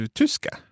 tyska